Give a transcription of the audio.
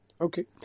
Okay